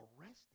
arrested